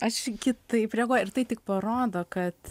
aš kitaip reaguoju ir tai tik parodo kad